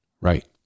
Right